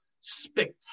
spectacular